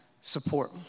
support